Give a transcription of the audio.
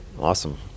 Awesome